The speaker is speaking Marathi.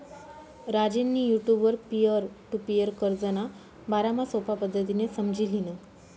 राजेंनी युटुबवर पीअर टु पीअर कर्जना बारामा सोपा पद्धतीनं समझी ल्हिनं